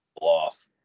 off